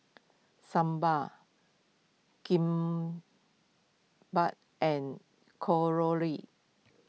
Sambar Kimbap and